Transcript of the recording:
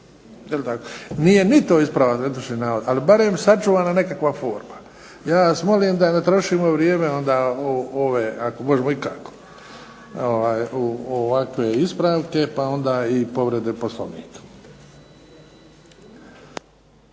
Nije ni to ispravak netočnog navoda, ali je barem sačuvana nekakva forma. Ja vas molim da trošimo vrijeme onda o ove ako možemo ikako, ovakve ispravke pa onda i povrede Poslovnika.